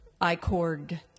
I-cord